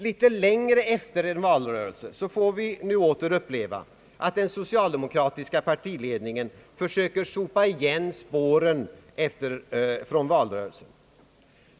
Litet längre efter en valrörelse får vi nu åter uppleva att den socialdemokratiska partiledningen försöker sopa igen spåren från valrörelsen.